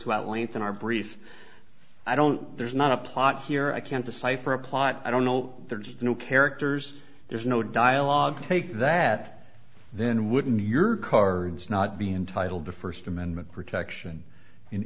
to at length in our brief i don't there's not a plot here i can't decipher a plot i don't know there's no characters there's no dialogue take that then wouldn't your car not be entitled to first amendment protection in